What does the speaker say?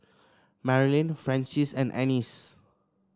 Marilyn Frances and Annice